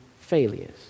failures